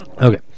Okay